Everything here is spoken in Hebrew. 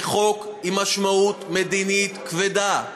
זה חוק עם משמעות מדינית כבדה,